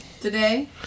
today